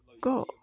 go